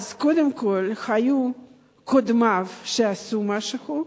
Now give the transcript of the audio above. קודם כול היו קודמיו שעשו משהו,